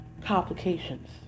complications